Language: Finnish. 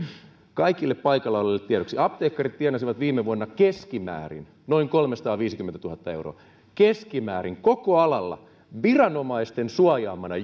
kaikille paikalla oleville tiedoksi apteekkarit tienasivat viime vuonna keskimäärin noin kolmesataaviisikymmentätuhatta euroa keskimäärin koko alalla viranomaisten suojaamana